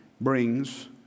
brings